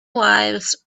lives